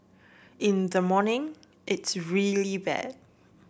in the morning it's really bad